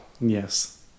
Yes